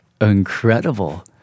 incredible